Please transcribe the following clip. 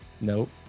Nope